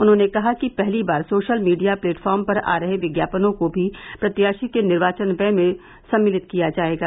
उन्होंने कहा कि पहली बार सोशल मीडिया प्लेटफार्म पर आ रहे विज्ञापनों को भी प्रत्याशी के निर्वाचन व्यय में सम्मिलित किया जाएगा